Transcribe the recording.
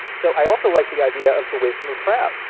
so i also like the idea of the wisdom of crowds.